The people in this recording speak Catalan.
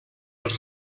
els